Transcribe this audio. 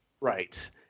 Right